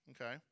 okay